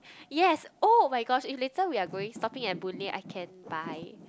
yes oh-my-gosh if later we are going stopping at Boon-Lay I can buy